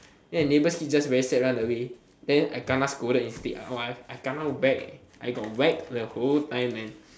then the neighbor's kid just very sad just run away then I scolded instead !wah! I kena whack I got whacked the whole time man